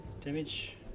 Damage